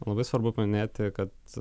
labai svarbu paminėti kad